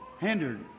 hindered